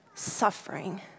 suffering